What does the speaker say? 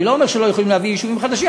אני לא אומר שלא יכולים להביא יישובים חדשים,